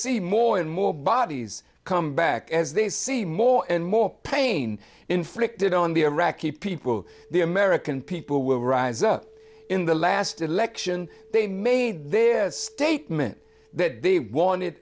see more and more bodies come back as they see more and more pain inflicted on the iraqi people the american people will rise up in the last election they made their statement that they